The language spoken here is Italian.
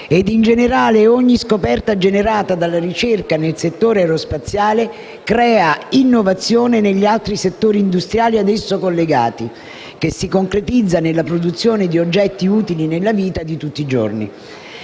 In generale, ogni scoperta generata dalla ricerca nel settore aerospaziale crea innovazione negli altri settori industriali ad esso collegati, che si concretizza nella produzione di oggetti utili nella vita di tutti i giorni.